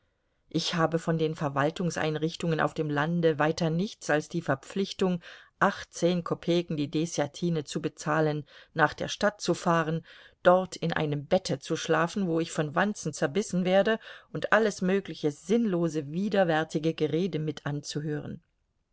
ich habe von den verwaltungseinrichtungen auf dem lande weiter nichts als die verpflichtung achtzehn kopeken die deßjatine zu bezahlen nach der stadt zu fahren dort in einem bette zu schlafen wo ich von wanzen zerbissen werde und alles mögliche sinnlose widerwärtige gerede mit anzuhören